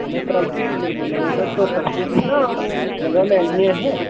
में property dealer बोल्ला ना सर तुस आक्खा दे हे ना ओह् जगह् लैनी ऐ ऐहें